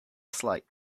slight